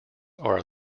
are